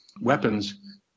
weapons